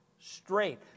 straight